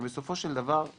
אבל נענינו